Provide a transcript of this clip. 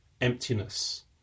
emptiness